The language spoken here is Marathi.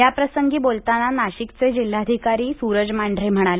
याप्रसंगी बोलताना नाशिकचे जिल्हाधिकारी सुरज मांढरे म्हणाले